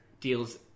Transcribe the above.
deals